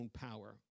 power